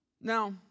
Now